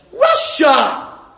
Russia